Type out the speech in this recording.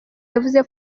yavuze